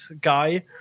guy